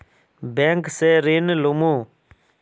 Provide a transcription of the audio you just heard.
Bank से ऋण लुमू?